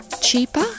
cheaper